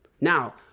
Now